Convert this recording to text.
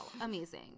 amazing